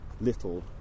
little